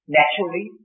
naturally